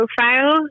profile